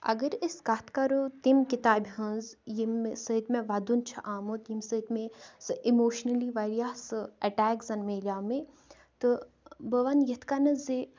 اگر أسۍ کَتھ کَرَو تمہِ کِتابہِ ہنٛز یمہِ سۭتۍ مےٚ وَدُن چھُ آمُت یمہِ سۭتۍ مےٚ سۄ اِموشنٔلی واریاہ سُہ اَٹیک زَن مِلیو مےٚ تہٕ بہِ وَنہٕ یِتھ کنٛۍ زِ